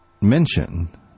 mention